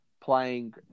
playing